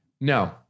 No